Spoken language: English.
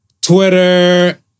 Twitter